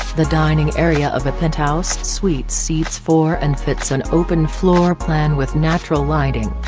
the dining area of a penthouse suite seats four and fits an open floor plan with natural lighting.